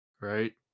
Right